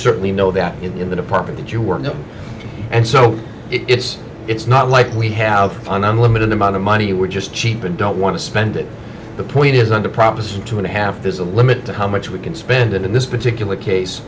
certainly know that in the department you weren't and so it's it's not like we have an unlimited amount of money we're just cheap and don't want to spend it the point is under proposition two and a half there's a limit to how much we can spend in this particular case